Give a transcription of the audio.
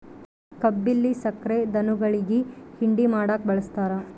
ಕಬ್ಬಿಲ್ಲಿ ಸಕ್ರೆ ಧನುಗುಳಿಗಿ ಹಿಂಡಿ ಮಾಡಕ ಬಳಸ್ತಾರ